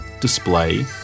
display